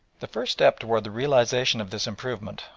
the first step towards the realisation of this improvement,